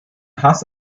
hass